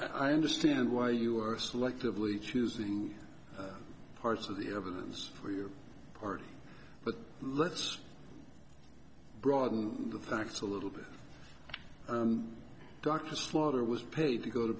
i understand why you are selectively choosing parts of the evidence for your party but let's broaden the facts a little bit dr slaughter was paid to go to